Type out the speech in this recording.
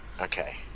Okay